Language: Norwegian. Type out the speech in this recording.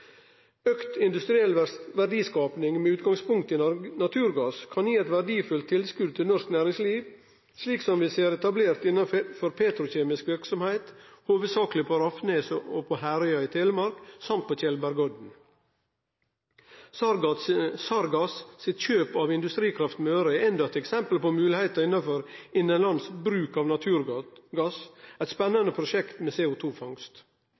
industriell verdiskaping med utgangspunkt i naturgass kan gi eit verdifullt tilskot til norsk næringsliv, slik som vi ser etablert innanfor petrokjemisk verksemd, hovudsakleg på Rafnes og på Herøya i Telemark og på Tjeldbergodden. Sargas sitt kjøp av Industrikraft Møre er endå eit eksempel på moglegheiter innanfor innanlands bruk av naturgass, eit spennande prosjekt med